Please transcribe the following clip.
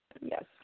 Yes